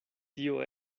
tio